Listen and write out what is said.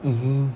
as in